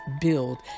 build